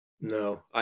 No